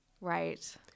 Right